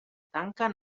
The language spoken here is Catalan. tanquen